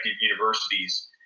universities